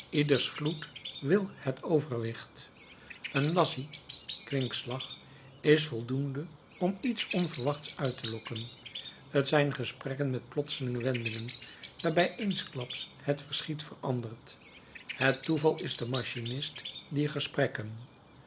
wil het overwicht een lazzi kwinkslag is voldoende om iets onverwachts uit te lokken het zijn gesprekken met plotselinge wendingen waarbij eensklaps het verschiet verandert het toeval is de machinist dier gesprekken